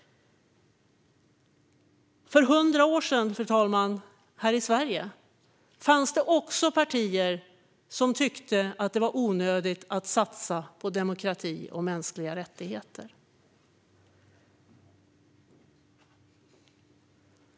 Fru talman! För 100 år sedan fanns det också här i Sverige partier som tyckte att det var onödigt att satsa på demokrati och mänskliga rättigheter.